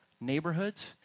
neighborhoods